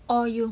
or you